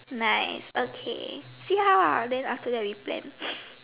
nice okay see how ah then after that we plan